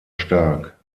stark